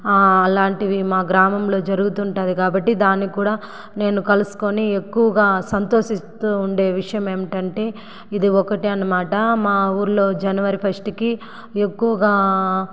అలాంటివి మా గ్రామంలో జరుగుతుంటుంది కాబట్టి దాన్ని కూడా నేను కలుసుకొని ఎక్కువగా సంతోషిస్తు ఉండే విషయం ఏమిటంటే ఇది ఒకటే అనమాట మా ఊళ్ళో జనవరి ఫస్ట్కి ఎక్కువగా